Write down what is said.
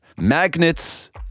magnets